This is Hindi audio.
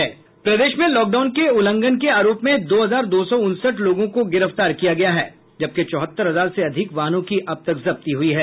प्रदेश में लॉकडाउन के उल्लंघनके आरोप में दो हजार दो सौ उनसठ लोगों को गिरफ्तार किया गया है जबकि चौहत्तर हजार से अधिक वाहनों की जब्ती हुई है